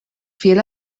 fiel